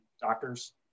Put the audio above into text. doctors